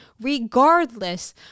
regardless